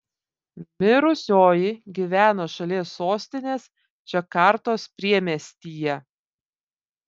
mirusioji gyveno šalies sostinės džakartos priemiestyje